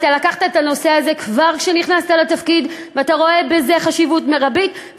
אתה לקחת את הנושא הזה כבר כשנכנסת לתפקיד ואתה רואה בזה חשיבות מרבית.